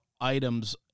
items